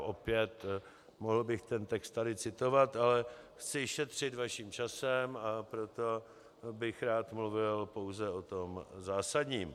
Opět mohl bych ten text tady citovat, ale chci šetřit vaším časem, a proto bych rád mluvil pouze o tom zásadním.